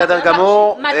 בסדר גמור.